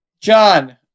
John